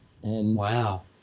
Wow